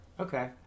Okay